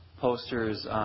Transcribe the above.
posters